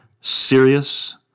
serious